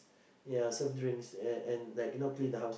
ya serve drinks and and like you know clean the house